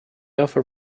offer